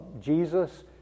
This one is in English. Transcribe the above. Jesus